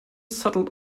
settled